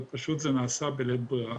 אבל פשוט זה נעשה בלית ברירה.